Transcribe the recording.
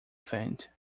faint